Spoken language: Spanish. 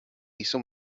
hizo